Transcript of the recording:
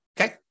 okay